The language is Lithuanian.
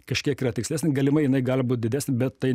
kažkiek yra tikslesnė galimai jinai gali būt didesnė bet tai